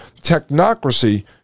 Technocracy